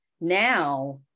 now